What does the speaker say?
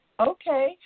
Okay